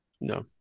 No